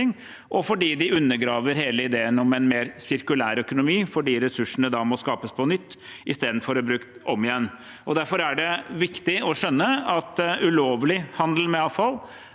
og fordi det undergraver hele ideen om en mer sirkulær økonomi fordi ressursene da må skapes på nytt istedenfor å bli brukt om igjen. Derfor er det viktig å skjønne at ulovlig handel med avfall